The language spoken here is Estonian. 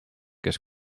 kes